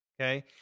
Okay